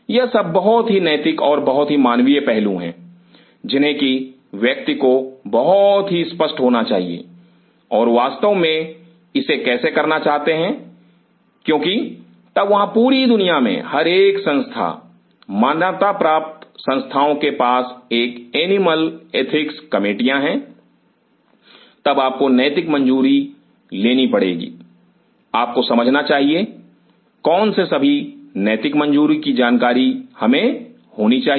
यह सब बहुत ही नैतिक और बहुत ही मानवीय पहलू हैं जिन्हें की व्यक्ति को बहुत ही स्पष्ट होना चाहिए और वास्तव में इसे कैसे करना चाहते हैं क्योंकि तब वहां पूरी दुनिया में हर एक संस्थान मान्यता प्राप्त संस्थानों के पास एनिमल एथिक्स कमेटियां है तब आपको नैतिक मंजूरी लेनी पड़ेगी आपको समझना चाहिए कि कौन से सभी नैतिक मंजूरी की जानकारी हमें होनी चाहिए